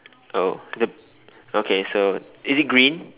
oh the okay so is it green